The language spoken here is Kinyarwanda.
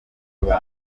umutwe